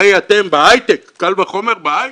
הרי אתם בהייטק, קל וחומר בהייטק,